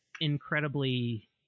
incredibly